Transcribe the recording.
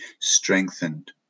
strengthened